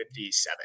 57